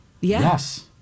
yes